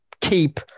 keep